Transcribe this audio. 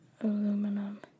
Aluminum